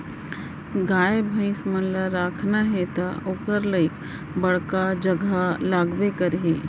गाय भईंसी मन ल राखना हे त ओकर लाइक बड़का जघा लागबे करही